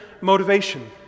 motivation